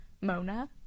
Mona